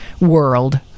world